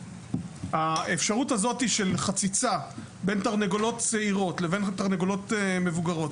האפשרות הזאת של חציצה בין תרנגולות צעירות לבין התרנגולות המבוגרות